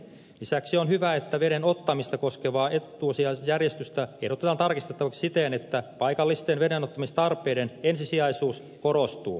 lisäksi on hyvä että veden ottamista koskevaa etuusjärjestystä ehdotetaan tarkistettavaksi siten että paikallisten vedenottamistarpeiden ensisijaisuus korostuu